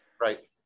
Right